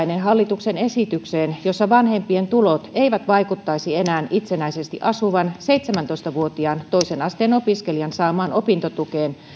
siis tyytyväinen hallituksen esitykseen että vanhempien tulot eivät vaikuttaisi enää itsenäisesti asuvan seitsemäntoista vuotiaan toisen asteen opiskelijan saamaan opintotukeen